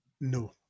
No